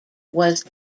was